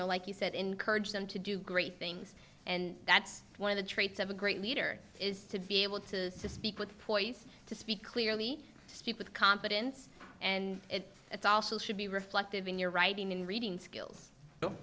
know like you said encourage them to do great things and that's one of the traits of a great leader is to be able to speak with poise to speak clearly speak with confidence and that's also should be reflected in your writing and reading skills